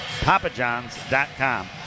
papajohns.com